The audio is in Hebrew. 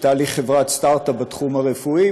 הייתה לי חברת סטארט-אפ בתחום הרפואי,